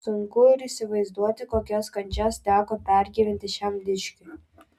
sunku ir įsivaizduoti kokias kančias teko pergyventi šiam dičkiui